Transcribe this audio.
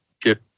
get